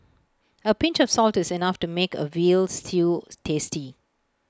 A pinch of salt is enough to make A Veal Stew tasty